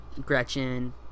Gretchen